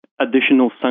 additional